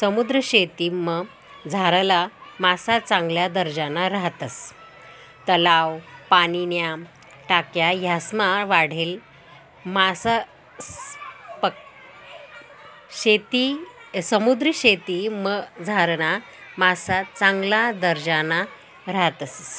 समुद्रीशेतीमझारला मासा चांगला दर्जाना राहतस